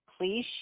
Please